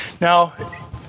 Now